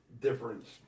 difference